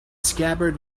scabbard